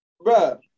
Bro